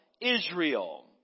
Israel